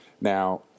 Now